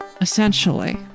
essentially